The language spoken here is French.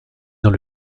dans